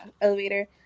elevator